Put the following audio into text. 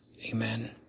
Amen